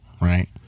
right